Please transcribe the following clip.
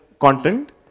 content